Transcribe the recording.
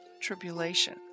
tribulation